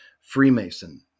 freemason